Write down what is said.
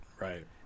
right